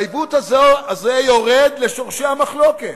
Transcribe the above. והעיוות הזה יורד לשורשי המחלוקת.